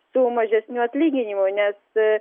su mažesniu atlyginimu nes